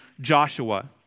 Joshua